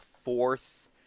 fourth